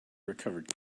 recovered